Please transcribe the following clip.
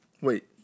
Wait